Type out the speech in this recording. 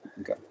okay